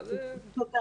תודה